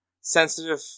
sensitive